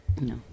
No